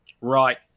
right